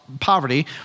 poverty